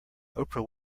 oprah